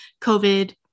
COVID